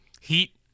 Heat